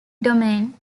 domain